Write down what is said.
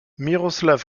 miroslav